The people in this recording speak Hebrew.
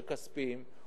וכספיים,